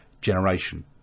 generation